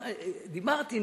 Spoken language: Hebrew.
דיברתי,